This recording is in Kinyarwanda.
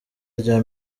rya